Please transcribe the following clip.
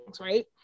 right